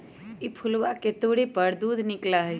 ई फूलवा के तोड़े पर दूध निकला हई